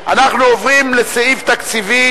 סעיף 55,